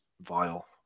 vile